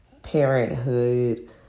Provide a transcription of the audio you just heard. Parenthood